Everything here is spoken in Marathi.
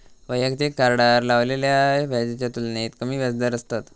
वैयक्तिक कार्डार लावलेल्या व्याजाच्या तुलनेत कमी व्याजदर असतत